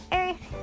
earth